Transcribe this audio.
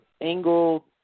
Angle